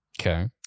okay